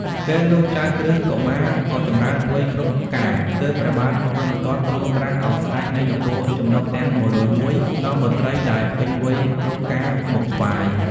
ពេលនោះ ចៅក្រឹស្នកុមារក៏ចម្រើនវ័យគ្រប់ការ ទើបព្រះបាទព្រហ្មទត្តទ្រង់ត្រាស់ឱ្យស្តេចនៃនគរចំណុះទាំង ១០១ នាំបុត្រីដែលពេញវ័យគ្រប់ការមកថ្វាយ។